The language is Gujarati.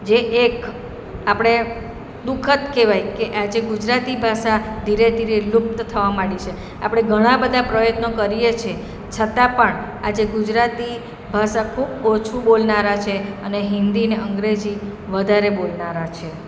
જે એક આપણે દુખદ કહેવાય કે આજે ગુજરાતી ભાષા ધીરે ધીરે લુપ્ત થવા માંડી છે આપણે ઘણા બધા પ્રયત્નો કરીએ છે છતાં પણ આજે ગુજરાતી ભાષા ખૂબ ઓછું બોલનારા છે અને હિન્દી ને અંગ્રેજી વધારે બોલનારા છે